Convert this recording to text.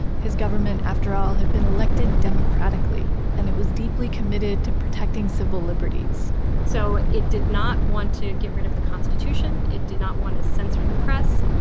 his government, after all, had been elected democratically and it was deeply committed to protecting civil liberties so, it did not want to get rid of the constitution. it did not want to censor the press.